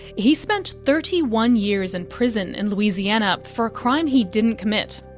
he spent thirty one years in prison in louisiana for a crime he didn't commit.